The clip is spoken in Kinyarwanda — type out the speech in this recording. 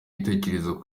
ibitekerezo